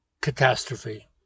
catastrophe